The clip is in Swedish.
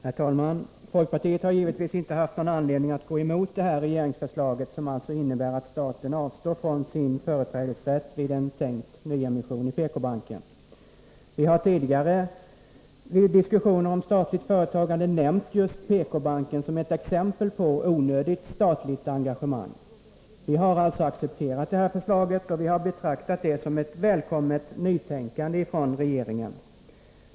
Herr talman! Folkpartiet har givetvis inte haft någon anledning att gå emot det här aktuella regeringsförslaget, som alltså innebär att staten avstår från sin företrädesrätt vid en tänkt nyemission i PK-banken. Vi har tidigare vid diskussioner om statligt företagande nämnt just PK-banken som ett exempel på onödigt statligt engagemang. Vi har därför accepterat detta förslag och betraktat det som ett välkommet nytänkande från regeringen.